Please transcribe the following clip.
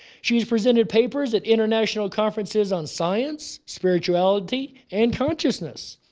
she's presented papers at international conferences on science, spirituality, and consciousness.